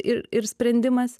ir ir sprendimas